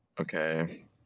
okay